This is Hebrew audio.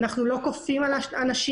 אנחנו לא כופים על האנשים,